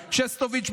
ב-15%; שסטוביץ,